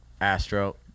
astro